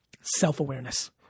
self-awareness